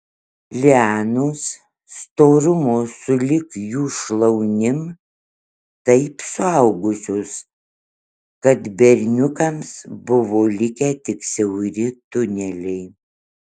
lianos storumo sulig jų šlaunim taip suaugusios kad berniukams buvo likę tik siauri tuneliai